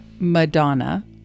Madonna